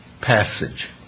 passage